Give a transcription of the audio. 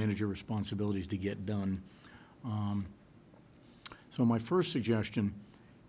manage your responsibilities to get done so my first suggestion